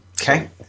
Okay